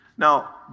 Now